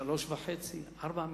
3.5 4 מיליארדים?